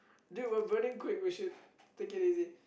dude we're burning quick we should take it easy